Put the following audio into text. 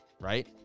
right